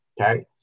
okay